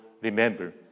remember